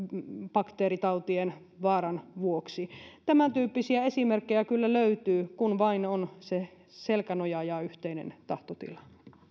bakteeritautien vaaran vuoksi tämäntyyppisiä esimerkkejä kyllä löytyy kun vain on se selkänoja ja yhteinen tahtotila